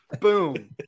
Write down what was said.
Boom